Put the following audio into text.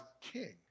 king